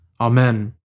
Amen